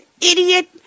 idiot